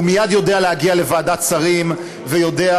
הוא מייד יודע להגיע לוועדת שרים ויודע,